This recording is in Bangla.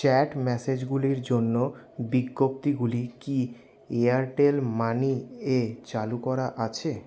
চ্যাট মেসেজগুলির জন্য বিজ্ঞপ্তিগুলি কি এয়ারটেল মানিয়ে চালু করা আছে